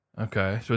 Okay